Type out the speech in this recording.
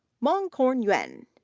mangkorn yuan,